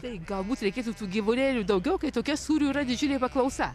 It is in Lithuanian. tai galbūt reikėtų tų gyvulėlių daugiau kai tokia sūrių yra didžiulė paklausa